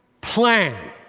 plan